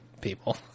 people